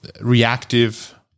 reactive